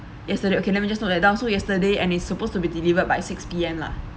yesterday okay let me just note that down so yesterday and it's supposed to be delivered by six P_M lah